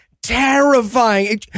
Terrifying